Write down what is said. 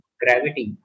gravity